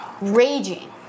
raging